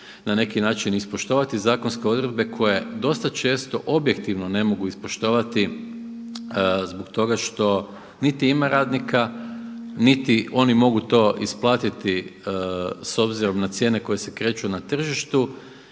na neki način ispoštovati zakonske odredbe koje dosta često objektivno ne mogu ispoštovati zbog toga što niti ima radnika, niti oni mogu to isplatiti s obzirom na cijene koje se kreću na tržištu.